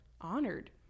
honored